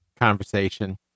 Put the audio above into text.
conversation